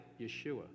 Yeshua